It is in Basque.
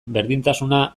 berdintasuna